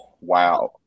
wow